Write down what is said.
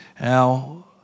Now